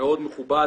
מאוד מכובד,